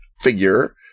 figure